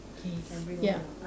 okay ya